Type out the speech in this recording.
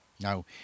Now